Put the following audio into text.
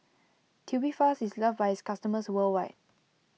Tubifast is loved by its customers worldwide